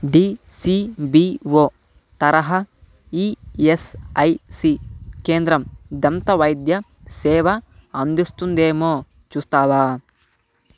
DCBO తరహా ESIC కేంద్రం దంతవైద్య సేవ అందిస్తుందేమో చూస్తావా